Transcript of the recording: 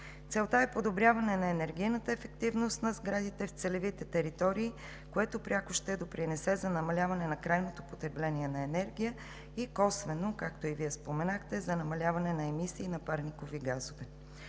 Целта е подобряване на енергийната ефективност на сградите в целевите територии, което пряко ще допринесе за намаляване на крайното потребление на енергия и косвено, както и Вие споменахте – за намаляване на емисиите на парникови газове.